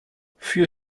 für